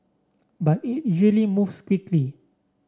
but it usually moves quickly